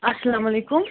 اَلسلامُ علیکُم